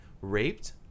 raped